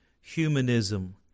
Humanism